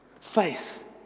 Faith